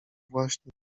właśnie